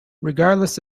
regardless